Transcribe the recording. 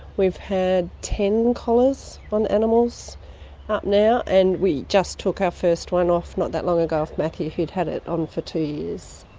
we've had ten collars on animals up now, and we just took our first one off not that long ago, off matthew, who had had it on for two years.